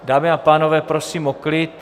Dámy a pánové, prosím o klid.